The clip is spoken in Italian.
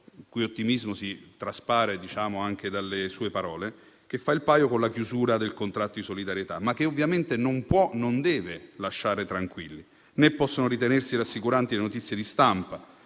il cui ottimismo traspare anche dalle sue parole - che fa il paio con la chiusura del contratto di solidarietà, ma che ovviamente non può e non deve lasciare tranquilli. Né possono ritenersi rassicuranti le notizie di stampa,